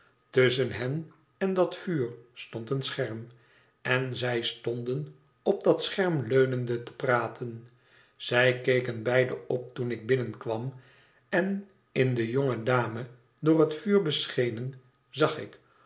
tusschen hen en dat vuur stond een scherm en zij stonden op dat scherm leunende te praten zij keken beide op toen ik binnenkwam en in de jonge dame door het vuur beschenen zag ik